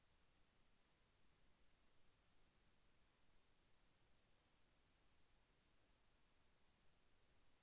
రెండు వేలు టన్నుల మిర్చి ప్రోసెసింగ్ చేయడానికి లేబర్ ఎంతమంది కావాలి, ఖర్చు ఎంత అవుతుంది?